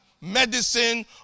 medicine